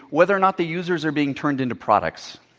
whether or not the users are being turned into products.